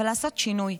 אבל לעשות שינוי.